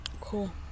Cool